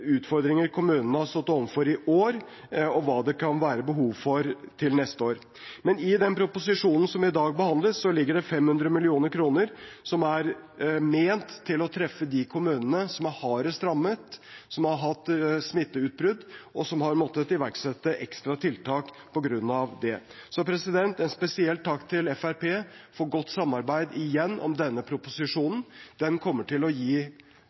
utfordringer kommunene har stått overfor i år, og hva det kan være behov for til neste år. Men i den proposisjonen som i dag behandles, ligger det 500 mill. kr som er ment å treffe de kommunene som er hardest rammet, som har hatt smitteutbrudd, og som har måttet iverksette ekstra tiltak på grunn av det. Jeg vil igjen rette en spesiell takk til Fremskrittspartiet for godt samarbeid om denne proposisjonen. Den kommer til å gi